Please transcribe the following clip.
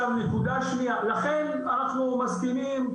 לכן אנחנו מסכימים,